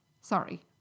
Sorry